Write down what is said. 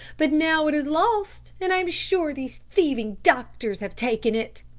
but now it is lost and i am sure these thieving doctors have taken it.